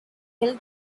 hill